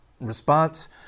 response